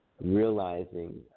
realizing